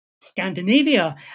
Scandinavia